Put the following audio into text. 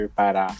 para